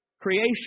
creation